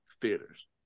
theaters